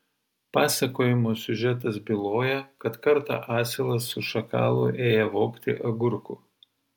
pasakojimo siužetas byloja kad kartą asilas su šakalu ėję vogti agurkų